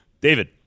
David